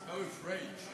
עיסאווי פריג'.